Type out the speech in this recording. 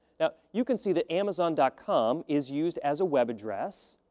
yeah you can see that amazon dot com is used as a web address,